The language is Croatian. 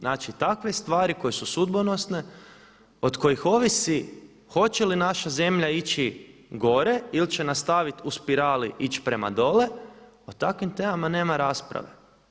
Znači takve stvari koje su sudbonosne, od kojih ovisi hoće li naša zemlja ići gore ili će nastaviti u spirali ići prema dolje, o takvim temama nema rasprave.